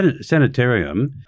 sanitarium